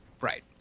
right